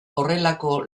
horrelako